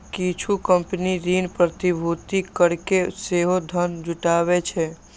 किछु कंपनी ऋण प्रतिभूति कैरके सेहो धन जुटाबै छै